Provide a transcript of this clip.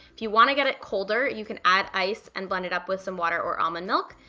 if you want to get it colder, you can add ice and blend it up with some water or almond milk,